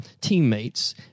teammates